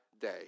day